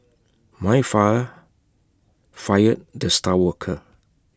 my fire fired the star worker